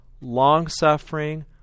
long-suffering